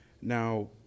Now